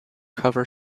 cover